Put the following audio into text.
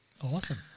Awesome